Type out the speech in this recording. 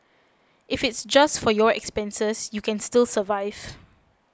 if it's just for your expenses you can still survive